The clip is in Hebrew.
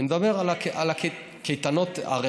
אני מדברת על מחנות אחרים, ששייכים לגופים פרטיים.